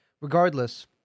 Regardless